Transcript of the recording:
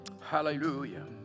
Hallelujah